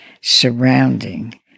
surrounding